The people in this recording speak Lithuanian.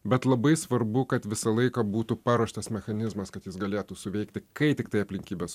bet labai svarbu kad visą laiką būtų paruoštas mechanizmas kad jis galėtų suveikti kai tiktai aplinkybės